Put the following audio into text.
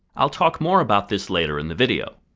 i'll talk more about this later in the video.